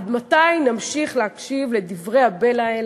עד מתי נמשיך להקשיב לדברי הבלע האלה,